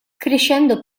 crescendo